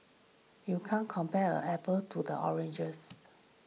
you can't compare apples to the oranges